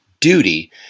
duty